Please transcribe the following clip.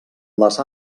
les